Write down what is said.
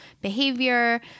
behavior